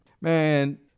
Man